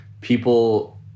people